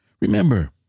remember